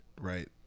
right